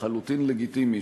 לחלוטין לגיטימית,